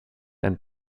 and